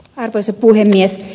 arvoisa puhemies